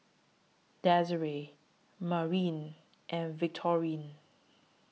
Desirae Marin and Victorine